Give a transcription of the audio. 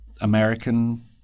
American